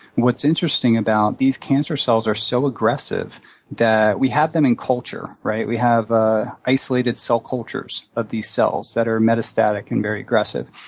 what's interesting about these cancer cells are so aggressive that we have them in culture, right? we have ah isolated subcultures of these cells that are metastatic and very aggressive.